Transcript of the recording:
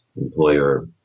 employer